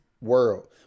world